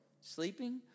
sleeping